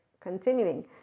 continuing